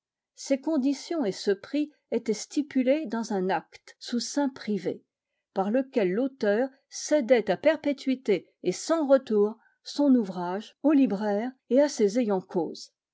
ces conditions et ce prix étaient stipulés dans un acte sous seing privé par lequel l'auteur cédait à perpétuité et sans retour son ouvrage au libraire et à ses ayants cause